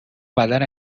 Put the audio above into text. بدن